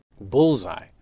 Bullseye